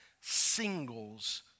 singles